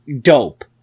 dope